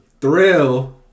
thrill